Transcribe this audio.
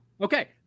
Okay